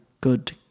good